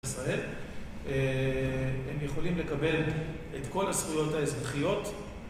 הם יכולים לקבל את כל הזכויות האזרחיות